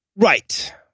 Right